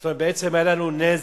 זאת אומרת, בעצם היה לנו נזק